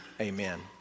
amen